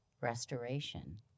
restoration